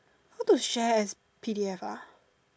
how to share as P_D_F ah